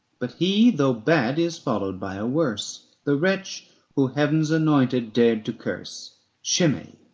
but he, though bad, is followed by a worse, the wretch who heaven's anointed dared to curse shimei,